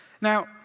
Now